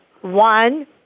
One